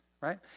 right